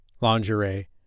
lingerie